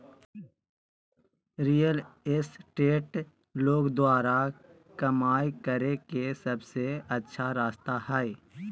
real estate लोग द्वारा कमाय करे के सबसे अच्छा रास्ता हइ